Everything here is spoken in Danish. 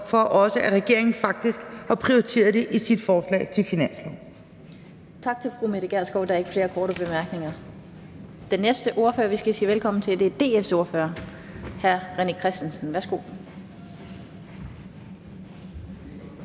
derfor, at regeringen faktisk har prioriteret det i sit forslag til finanslov.